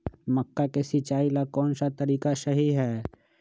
मक्का के सिचाई ला कौन सा तरीका सही है?